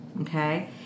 okay